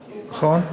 נכון?